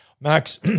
Max